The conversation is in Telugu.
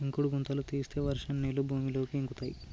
ఇంకుడు గుంతలు తీస్తే వర్షం నీళ్లు భూమిలోకి ఇంకుతయ్